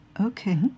Okay